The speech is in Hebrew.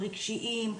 רגשיים,